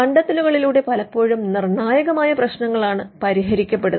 കണ്ടെത്തലുകളിലൂടെ പലപ്പോഴും നിർണ്ണായകമായ പ്രശ്നങ്ങളാണ് പരിഹരിക്കപ്പെടുന്നത്